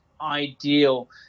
ideal